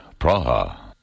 Praha